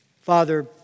Father